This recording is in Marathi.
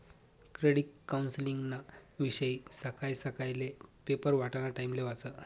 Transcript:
क्रेडिट कौन्सलिंगना विषयी सकाय सकायले पेपर वाटाना टाइमले वाचं